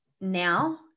now